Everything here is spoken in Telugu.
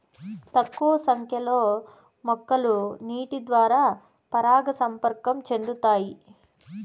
తక్కువ సంఖ్య లో మొక్కలు నీటి ద్వారా పరాగ సంపర్కం చెందుతాయి